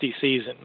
season